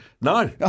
No